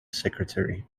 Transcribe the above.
secretary